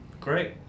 great